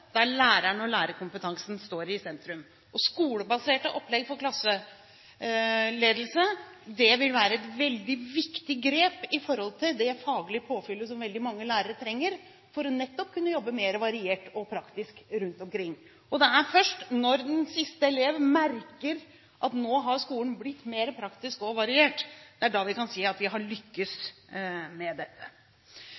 der læreren og lærerkompetansen står i sentrum. Skolebaserte opplegg for klasseledelse vil være et veldig viktig grep når det gjelder det faglige påfyllet som veldig mange lærere trenger for nettopp å kunne jobbe mer variert og praktisk rundt omkring. Det er først når den siste elev merker at nå har skolen blitt mer praktisk og variert, at vi kan si at vi har